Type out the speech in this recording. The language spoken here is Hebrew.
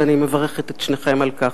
ואני מברכת את שניכם על כך.